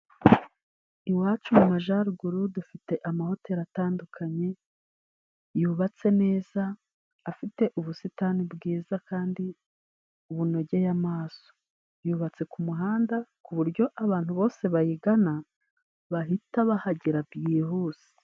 Iwacu mu majaruguru dufite amahoteri atandukanye, yubatse neza, afite ubusitani bwiza kandi bunogeye amaso. Yubatse ku muhanda ku buryo abantu bose bayigana bahita bahagera byihuse.